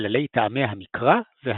מכללי טעמי המקרא והניקוד.